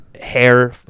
hair